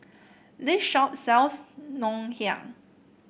this shop sells Ngoh Hiang